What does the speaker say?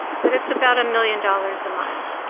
but it's about a million dollars a mile.